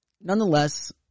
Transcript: nonetheless